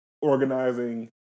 organizing